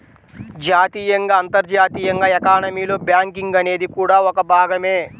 జాతీయంగా, అంతర్జాతీయంగా ఎకానమీలో బ్యాంకింగ్ అనేది కూడా ఒక భాగమే